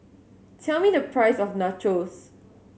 tell me the price of Nachos